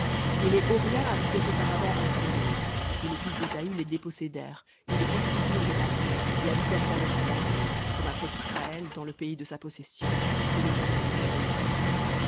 et les horiens habitaient auparavant en séhir et les fils d'ésaü les dépossédèrent et les détruisirent devant eux et habitèrent à leur place comme a fait israël dans le pays de sa possession que l'éternel lui a donné